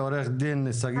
תתכנסי, עורכת דין שגית.